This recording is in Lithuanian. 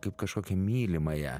kaip kažkokią mylimąją